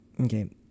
Okay